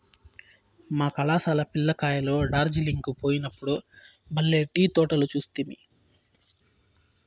మా కళాశాల పిల్ల కాయలు డార్జిలింగ్ కు పోయినప్పుడు బల్లే టీ తోటలు చూస్తిమి